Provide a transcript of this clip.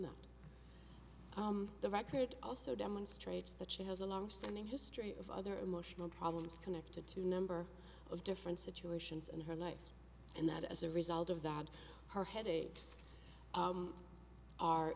that the record also demonstrates that she has a longstanding history of other emotional problems connected to a number of different situations in her life and that as a result of that her headaches